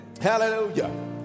Hallelujah